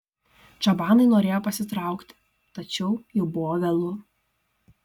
čabanai norėjo pasitraukti tačiau jau buvo vėlu